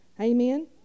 Amen